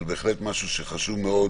אבל בהחלט משהו שחשוב מאוד